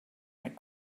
that